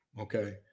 okay